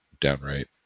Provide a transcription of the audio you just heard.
downright